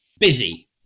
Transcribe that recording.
Busy